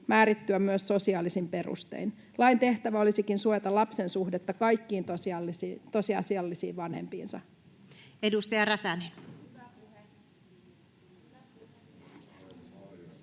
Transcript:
määrittyä myös sosiaalisin perustein. Lain tehtävä olisikin suojata lapsen suhdetta kaikkiin tosiasiallisiin vanhempiinsa. [Speech